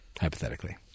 hypothetically